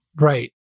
right